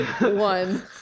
One